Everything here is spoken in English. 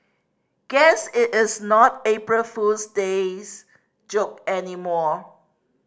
guess it is not April Fool's days joke anymore